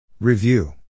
Review